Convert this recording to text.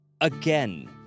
again